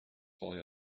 boy